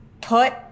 put